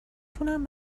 تونم